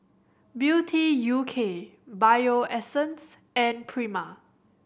Beauty U K Bio Essence and Prima